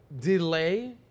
delay